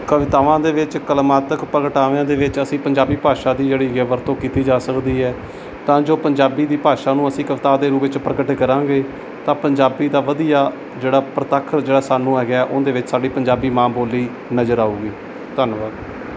ਕਵਿਤਾਵਾਂ ਦੇ ਵਿੱਚ ਕਲਾਤਮਕ ਪ੍ਰਗਟਾਵਿਆਂ ਦੇ ਵਿੱਚ ਅਸੀਂ ਪੰਜਾਬੀ ਭਾਸ਼ਾ ਦੀ ਜਿਹੜੀ ਹੈਗੀ ਹੈ ਵਰਤੋਂ ਕੀਤੀ ਜਾ ਸਕਦੀ ਹੈ ਤਾਂ ਜੋ ਪੰਜਾਬੀ ਦੀ ਭਾਸ਼ਾ ਨੂੰ ਅਸੀਂ ਕਵਿਤਾ ਦੇ ਰੂਪ ਵਿੱਚ ਪ੍ਰਗਟ ਕਰਾਂਗੇ ਤਾਂ ਪੰਜਾਬੀ ਦਾ ਵਧੀਆ ਜਿਹੜਾ ਪ੍ਰਤੱਖ ਜਿਹੜਾ ਸਾਨੂੰ ਹੈਗਾ ਉਹਦੇ ਵਿੱਚ ਸਾਡੀ ਪੰਜਾਬੀ ਮਾਂ ਬੋਲੀ ਨਜ਼ਰ ਆਏਗੀ ਧੰਨਵਾਦ